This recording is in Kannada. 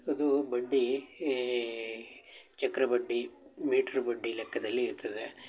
ಅದು ಬಡ್ಡಿ ಈ ಚಕ್ರ ಬಡ್ಡಿ ಮೀಟ್ರ್ ಬಡ್ಡಿ ಲೆಕ್ಕದಲ್ಲಿ ಇರ್ತದೆ